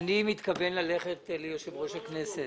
אני מתכוון ללכת ליושב-ראש הכנסת.